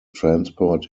transport